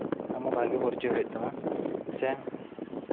ᱟᱢᱟᱜ ᱵᱷᱟᱜᱮ ᱯᱚᱨᱤᱪᱚᱭ ᱦᱩᱭᱩᱜ ᱛᱟᱢᱟ ᱥᱮ